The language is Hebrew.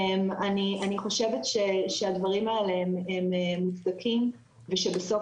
אני חושב שהדברים האלה הם מוצדקים ושבסוף